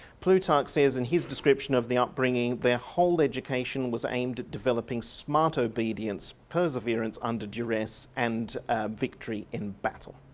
plutarc says in his description of the upbringing, their whole education was aimed at developing smart obedience, perseverance under duress and victory in battle.